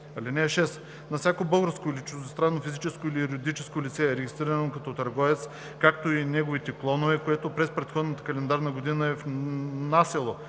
(6) На всяко българско или чуждестранно физическо или юридическо лице, регистрирано като търговец, както и неговите клонове, което през предходната календарна година е внасяло